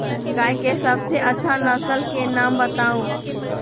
गाय के सबसे अच्छा नसल के नाम बताऊ?